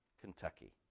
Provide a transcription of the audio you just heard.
Kentucky